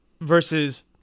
versus